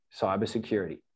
cybersecurity